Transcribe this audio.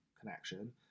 connection